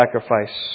sacrifice